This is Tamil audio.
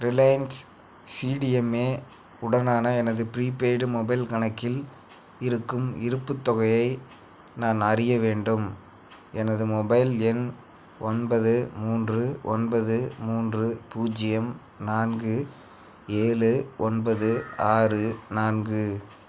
ரிலையன்ஸ் சிடிஎம்ஏ உடனான எனது ப்ரீபெய்டு மொபைல் கணக்கில் இருக்கும் இருப்புத் தொகையை நான் அறிய வேண்டும் எனது மொபைல் எண் ஒன்பது மூன்று ஒன்பது மூன்று பூஜ்ஜியம் நான்கு ஏழு ஒன்பது ஆறு நான்கு